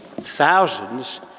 thousands